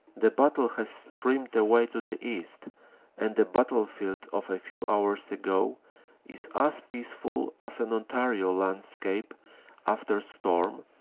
the battle has streamed away to the east and the battlefield of a few hours ago is as peaceful as an ontario landscape after storm,